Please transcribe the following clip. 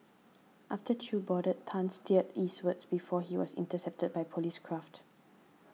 after Chew boarded Tan steered eastwards before he was intercepted by police craft